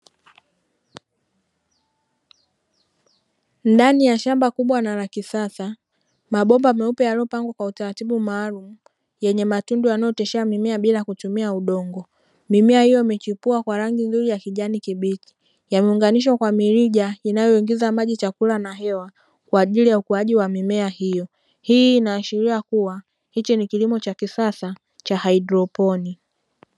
Ndani ya shamba kubwa na la kisasa, mabomba meupe yaliyo pangwa kwa utaratibu maalumu, yenye matundu yanayo otesha mimea bila kutumia udongo. Mimea hiyo imechipua kwa rangi nzuri ya kijani kibichi, yameunganishwa kwa mirija inayo ingiza maji, chakula na hewa kwa ajili ya ukuaji wa mimea hiyo. Hii inaashiria kuwa hichi ni kilimo cha sasa cha haidroponi.